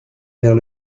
vers